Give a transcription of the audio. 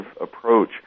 approach